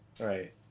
Right